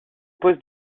poste